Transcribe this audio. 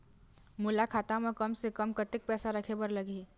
मोला खाता म कम से कम कतेक पैसा रखे बर लगही?